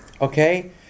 okay